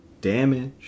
damage